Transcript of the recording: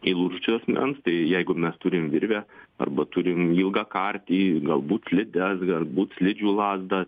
įlūžusio asmens tai jeigu mes turim virvę arba turim ilgą kartį galbūt slides galbūt slidžių lazdą